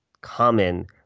common